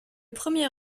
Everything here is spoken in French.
premier